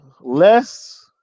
Less